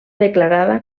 declarada